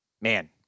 Man